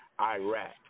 Iraq